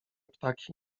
ptaki